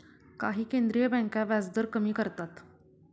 काही केंद्रीय बँका व्याजदर कमी करतात